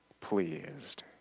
pleased